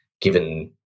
given